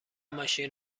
ماشین